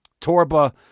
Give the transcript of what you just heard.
Torba